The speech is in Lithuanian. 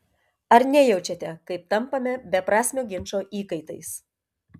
ar nejaučiate kaip tampame beprasmio ginčo įkaitais